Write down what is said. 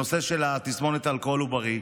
בנושא תסמונת אלכוהול עוברי,